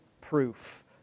proof